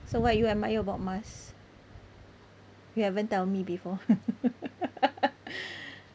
so what you admire about mars you haven't tell me before